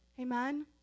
Amen